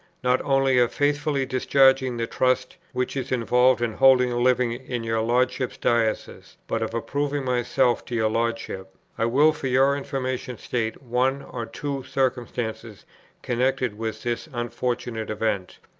not only of faithfully discharging the trust, which is involved in holding a living in your lordship's diocese, but of approving myself to your lordship, i will for your information state one or two circumstances connected with this unfortunate event.